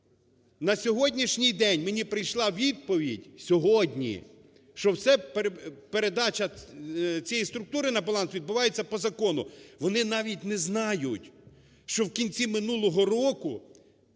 На сьогоднішній день мені прийшла відповідь (сьогодні!), що все… передача цієї структури на баланс відбувається по закону. Вони навіть не знають, що в кінці минулого року